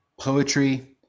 poetry